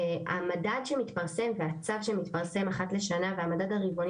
המדד שמתפרסם והצו שמתפרסם אחת לשנה והמדד הרבעוני